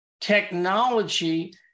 Technology